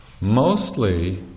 mostly